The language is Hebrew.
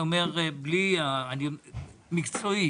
מקצועית,